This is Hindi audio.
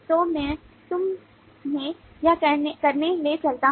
तो मे तुम्हे यह करने ले चलता हु